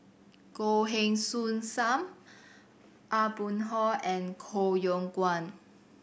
Goh Heng Soon Sam Aw Boon Haw and Koh Yong Guan